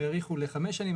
האריכו את זה לחמש שנים,